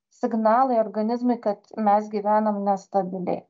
signalai organizmui kad mes gyvenam nestabiliai